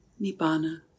Nibbana